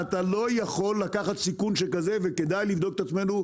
אתה לא יכול לקחת סיכון כזה וכדאי לבדוק את עצמנו,